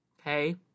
Okay